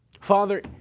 father